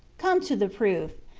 come to the proof.